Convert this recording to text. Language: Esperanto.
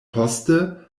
poste